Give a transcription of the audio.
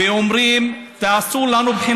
זה ייפתח,